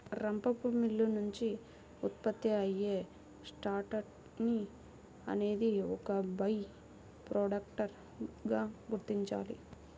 రంపపు మిల్లు నుంచి ఉత్పత్తి అయ్యే సాడస్ట్ ని అనేది ఒక బై ప్రొడక్ట్ గా గుర్తించాలి